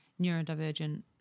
neurodivergent